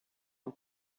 und